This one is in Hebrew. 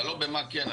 אתה לא במה כן.